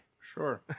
Sure